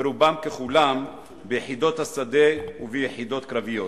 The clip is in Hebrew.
ורובם משרתים ביחידות השדה וביחידות קרביות.